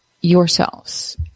yourselves